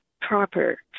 proper